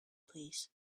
please